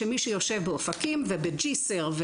שמי שיושב באופקים ובג'יסר,